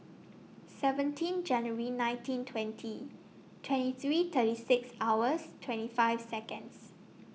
seventeen January nineteen twenty twenty three thirty six hours twenty five Seconds